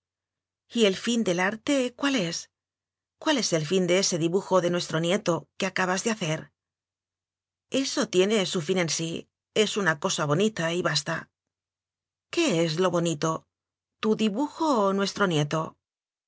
el fin del arte cuál es cuál es el fin de ese dibujo de nuestro nieto que acabas de hacer eso tiene su fin en sí es una cosa bo nita y basta qué es lo bonito tu dibujo o nuestro nieto